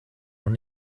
noch